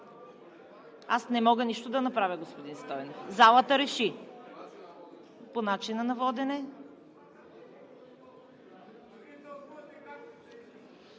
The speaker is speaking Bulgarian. Аз не мога нищо да направя, господин Стойнев. Залата реши. По начина на водене?